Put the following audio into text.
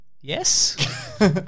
Yes